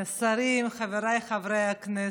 השרים, חבריי חברי הכנסת,